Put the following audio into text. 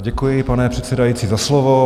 Děkuji, pane předsedající, za slovo.